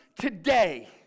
today